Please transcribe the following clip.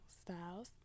styles